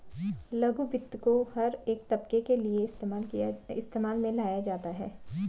लघु वित्त को हर एक तबके के लिये इस्तेमाल में लाया जाता है